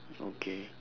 okay